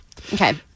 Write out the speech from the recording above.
Okay